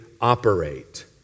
operate